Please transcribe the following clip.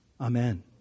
Amen